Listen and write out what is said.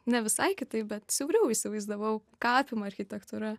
ne visai kitaip bet siauriau įsivaizdavau ką apima architektūra